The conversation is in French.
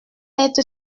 être